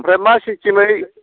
आमफ्राय मा सिस्टिमै